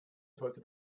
sollte